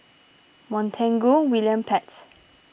Montague William Pett